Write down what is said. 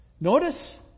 Notice